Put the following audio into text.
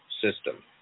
system